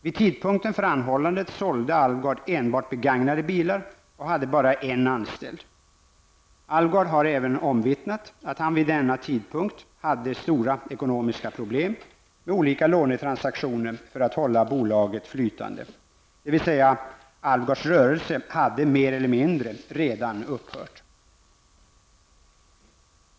Vid tidpunkten för anhållandet sålde Alvgard enbart begagnade bilar och hade bara en anställd. Alvgard har även omvittnat att han vid denna tidpunkt hade stora ekonomiska problem med olika lånetransaktioner för att hålla bolaget flytande, dvs. Alvgards rörelse hade mer eller mindre redan upphört.